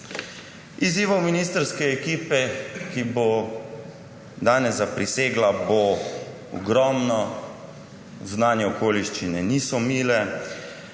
Izzivov ministrske ekipe, ki bo danes zaprisegla, bo ogromno, znane okoliščine niso mile.